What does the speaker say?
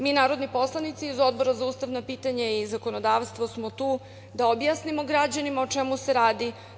Mi narodni poslanici iz Odbora za ustavna pitanja i zakonodavstvo smo tu da objasnimo građanima o čemu se radi.